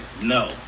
no